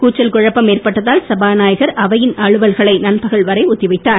கூச்சல் குழப்பம் ஏற்பட்டதால் சபாநாயகர் அவையின் அலுவல்களை நண்பகல் வரை ஒத்தி வைத்தார்